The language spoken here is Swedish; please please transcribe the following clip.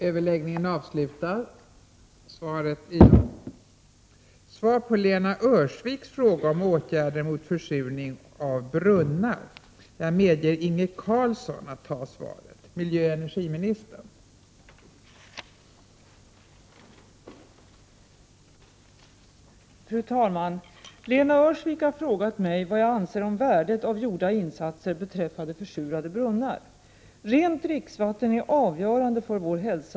Under ett antal år har statsbidrag utgått för bekämpande av försurning i enskilda brunnar. Diskussion pågår nu om ett eventuellt slopande av statsbidraget. Vad anser statsrådet om värdet av gjorda insatser beträffande försurade brunnar?